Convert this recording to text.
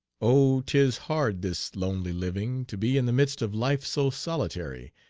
oh! tis hard this lonely living, to be in the midst of life so solitary,